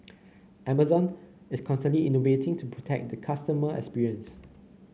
Amazon is constantly innovating to protect the customer experience